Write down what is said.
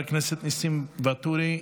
חבר הכנסת ניסים ואטורי,